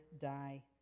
die